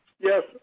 Yes